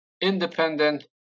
independent